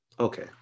Okay